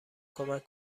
کمک